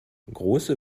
große